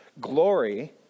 glory